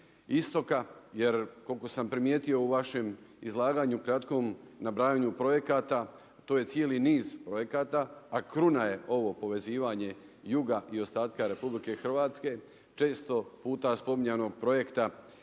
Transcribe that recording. istoka jer koliko sam primijetio u vašem izlaganju, kratkom, nabrajanju projekata, to je cijeli niz projekata, a kruna je ovo povezivanje juga i ostatka Republike Hrvatske često puta spominjanog projekta